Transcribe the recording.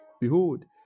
Behold